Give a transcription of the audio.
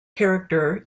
character